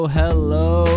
hello